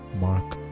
Mark